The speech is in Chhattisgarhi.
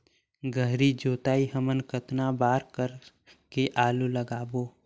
गहरी जोताई हमन कतना बार कर के आलू लगाबो?